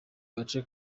gace